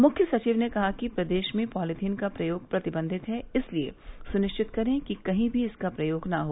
मुख्य सचिव ने कहा कि प्रदेश में पॉलीथीन का प्रयोग प्रतिबंधित है इसलिए सुनिश्चित करे कि कहीं भी इसका प्रयोग न हो